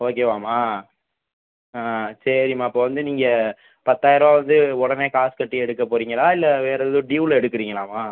ஓகேவாம்மா ஆ சரிம்மா அப்போ வந்து நீங்கள் பத்தாயிர்ருவாவது உடனே காசு கட்டி எடுக்கப் போகறிங்களா இல்லை வேறு எதுவும் டியூவில எடுக்குறீங்களாம்மா